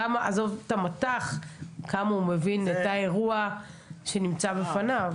את האירוע שנמצא בפניו.